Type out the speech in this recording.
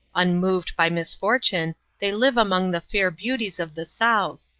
unmoved by misfortune, they live among the fair beauties of the south.